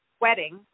wedding